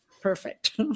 perfect